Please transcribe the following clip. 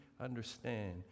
understand